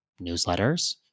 newsletters